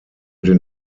den